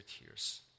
tears